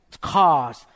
cars